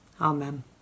Amen